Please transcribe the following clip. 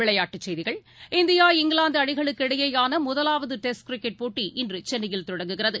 விளையாட்டுச் செய்திகள் இந்தியா இங்கிலாந்துஅணிகளுக்கு இடையேயானமுதலாவதுடெஸ்ட் கிரிக்கெட் போட்டி இன்றுசென்னையில் தொடங்குகிறது